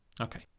Okay